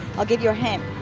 i'll give you a hint,